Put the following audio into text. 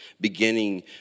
beginning